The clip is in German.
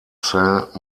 saint